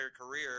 career